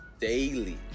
Daily